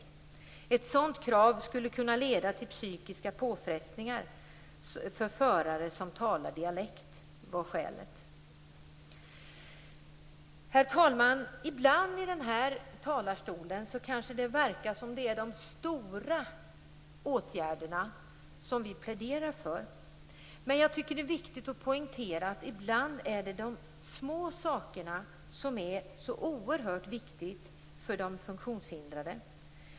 Skälet var att ett sådant krav skulle kunna leda till psykiska påfrestningar för förare som talar dialekt. Herr talman! Ibland kanske det verkar som att det är de stora åtgärderna vi pläderar för i den här talarstolen. Jag tycker att det är viktigt att poängtera att det ibland är de små sakerna som är så oerhört viktiga för de funktionshindrade.